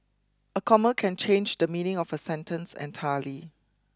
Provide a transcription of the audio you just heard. a comma can change the meaning of a sentence entirely